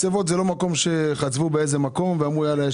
מחצבות זה לא רק מקום שחצבו בו ואמרו: "יאללה,